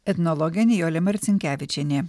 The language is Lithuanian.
etnologė nijolė marcinkevičienė